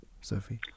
Sophie